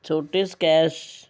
ਛੋਟੀ ਸਕੈਸ਼